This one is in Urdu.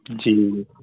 جی